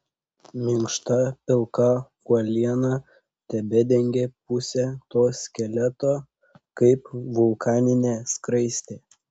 minkšta pilka uoliena tebedengė pusę to skeleto kaip vulkaninė skraistė